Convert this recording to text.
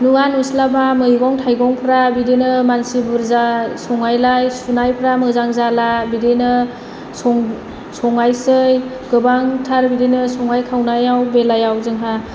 नुवा नुस्लाबा मैगं थाइगंफ्रा बिदिनो मानसि बुरजा संनायलाय सुनायफ्रा मोजां जाला बिदिनो सं संनायसै गोबांथार बिदिनो संनाय खावनायाव बेलायाव जोंहा